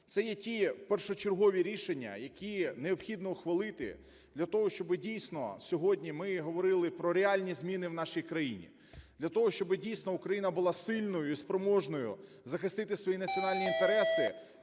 Це є ті першочергові рішення, які необхідно ухвалити для того, щоб, дійсно, сьогодні ми говорили про реальні зміни у нашій країні, для того, щоб, дійсно, Україна була сильною і спроможною захистити свої національні інтереси,